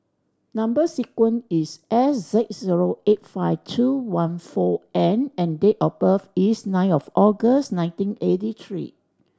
number sequence is S six zero eight five two one four N and date of birth is nine of August nineteen eighty three